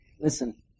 Listen